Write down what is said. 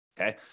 okay